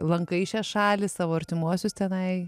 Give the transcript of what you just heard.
lankai šią šalį savo artimuosius tenai